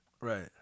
Right